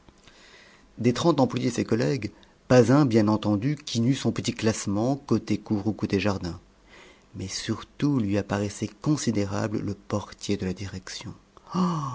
des trente employés ses collègues pas un bien entendu qui n'eût son petit classement côté cour ou côté jardin mais surtout lui apparaissait considérable le portier de la direction